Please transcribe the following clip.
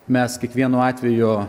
mes kiekvienu atveju